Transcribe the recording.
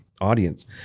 audience